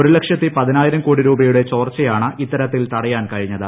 ഒരു ലക്ഷത്തി പതിനായിരം കോടി രൂപയുടെ ചോർച്ചയാണ് ഇത്തരത്തിൽ തടയാൻ കഴിഞ്ഞത്